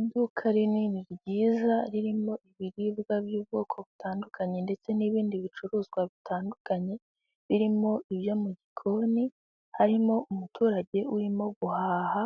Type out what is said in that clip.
Iduka rinini ryiza ririmo ibiribwa by'ubwoko butandukanye ndetse n'ibindi bicuruzwa bitandukanye, birimo ibyo mu gikoni, harimo umuturage urimo guhaha